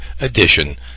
edition